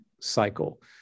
cycle